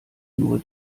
nur